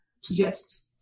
suggests